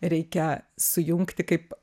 reikia sujungti kaip